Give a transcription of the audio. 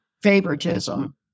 favoritism